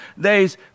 days